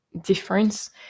difference